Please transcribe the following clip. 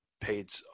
paid